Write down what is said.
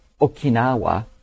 Okinawa